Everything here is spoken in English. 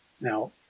Now